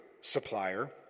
supplier